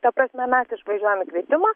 ta prasme mes išvažiuojam į kvietimą